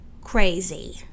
crazy